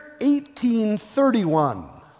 1831